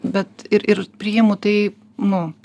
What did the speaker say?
bet ir ir priimu tai nu